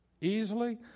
easily